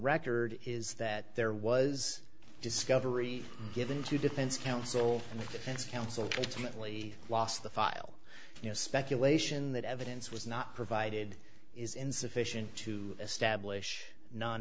record is that there was discovery given to defense counsel and the defense counsel to mentally lost the file you know speculation that evidence was not provided is insufficient to establish non